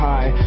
High